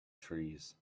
trees